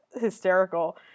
hysterical